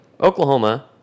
Oklahoma